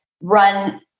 run